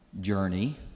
journey